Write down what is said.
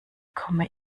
komme